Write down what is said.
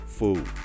food